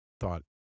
thought